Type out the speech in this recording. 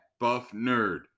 BuffNerd